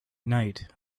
night